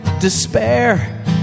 despair